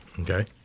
Okay